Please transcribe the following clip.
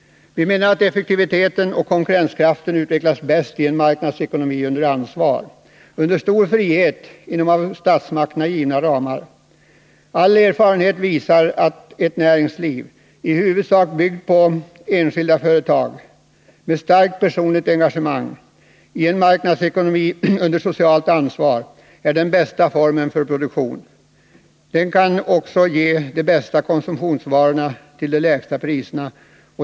Vi menar att effektiviteten och konkurrenskraften utvecklas bäst i en marknadsekonomi under ansvar, under stor frihet inom av statsmakterna givna ramar. All erfarenhet visar att ett näringsliv i huvudsak byggt på enskilda företag med starkt personligt engagemang i en marknadsekonomi under socialt ansvar är den bästa formen för produktion. Den kan också ge de bästa konsumtionsvarorna till de lägsta priserna.